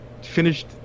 finished